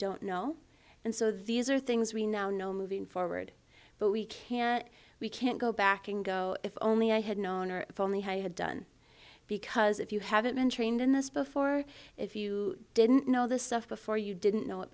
don't know and so these are things we now know moving forward but we can't we can't go back and go if only i had known or if only i had done because if you haven't been trained in this before if you didn't know this stuff before you didn't know it